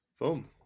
boom